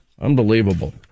Unbelievable